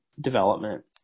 development